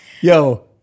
Yo